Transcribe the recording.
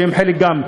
שהן חלק גם,